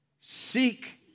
Seek